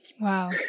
Wow